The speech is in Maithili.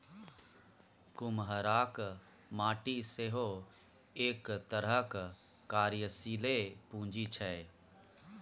कुम्हराक माटि सेहो एक तरहक कार्यशीले पूंजी छै